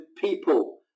people